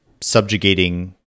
subjugating